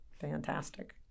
fantastic